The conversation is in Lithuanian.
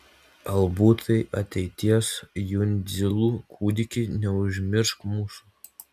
albutai ateities jundzilų kūdiki neužmiršk mūsų